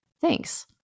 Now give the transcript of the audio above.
Thanks